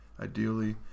Ideally